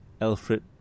Alfred